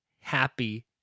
happy